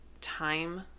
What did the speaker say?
time